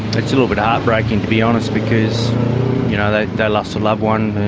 a little bit heartbreaking to be honest, because you know they they lost a loved one and